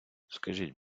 скажіть